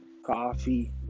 coffee